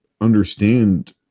understand